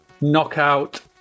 Knockout